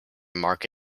mark